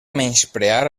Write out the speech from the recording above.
menysprear